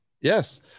Yes